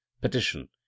petition